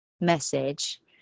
message